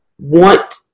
want